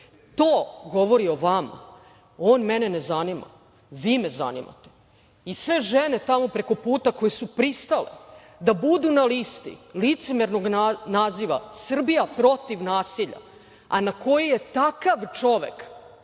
To govori o vama. On mene ne zanima, vi me zanimate. Sve žene tamo preko puta koje su pristale da budu na listi licemernog naziva „Srbija protiv nasilja“, a na kojoj je takav čovek